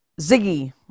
Ziggy